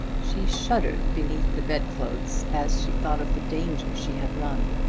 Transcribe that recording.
she shuddered beneath the bedclothes as she thought of the danger she had run.